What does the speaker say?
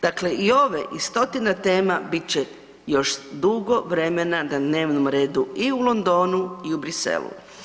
Dakle i ove i stotina tema bit će još dugo vremena na dnevnom redu i u Londonu i u Bruxellesu.